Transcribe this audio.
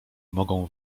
mogą